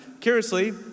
curiously